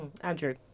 Andrew